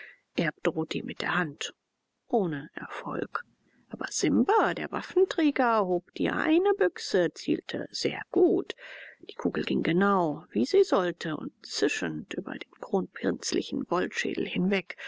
drohte ihm mit der hand ohne erfolg aber simba der waffenträger hob die eine büchse zielte sehr gut die kugel ging genau wie sie sollte und zischend über den kronprinzlichen wollschädel hinweg